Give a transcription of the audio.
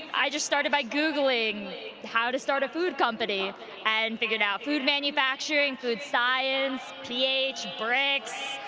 i just started by googling how to start a food company and figured out food manufacturing food science, ph, brix.